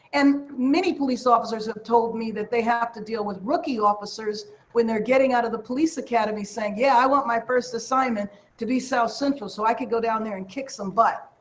and many police officers have told me that they have to deal with rookie officers when they're getting out of the police academy saying, yeah, i want my first assignment to be south central so i can go down there and kick some butt.